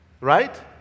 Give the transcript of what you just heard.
right